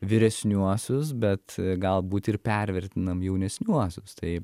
vyresniuosius bet galbūt ir pervertinam jaunesniuosius tai